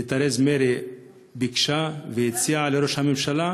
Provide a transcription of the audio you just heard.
שתרזה מיי ביקשה והציעה לראש הממשלה,